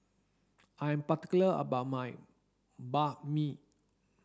I am particular about my Banh Mi